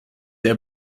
der